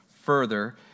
further